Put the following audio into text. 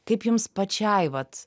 kaip jums pačiai vat